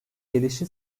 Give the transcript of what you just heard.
gelişi